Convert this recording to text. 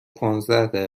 پانزده